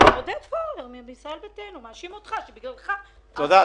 עודד פורר מישראל ביתנו מאשים אותך שבגללך -- תודה.